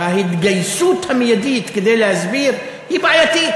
ההתגייסות המיידית כדי להסביר היא בעייתית.